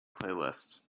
playlist